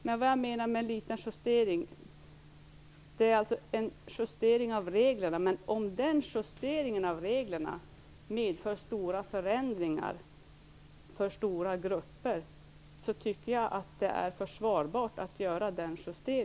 När jag talar om en liten justering menar jag en justering av reglerna. Om denna lilla justering medför stora förändringar för stora grupper tycker jag att den är försvarbar.